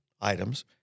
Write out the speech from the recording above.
items